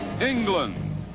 england